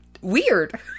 weird